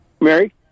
Mary